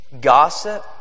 Gossip